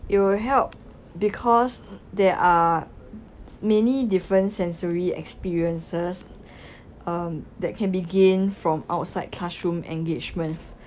it'll help because there are many different sensory experiences um that can be gained from outside classroom engagement